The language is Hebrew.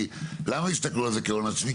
למה יסתכלו על זה כהון עצמי?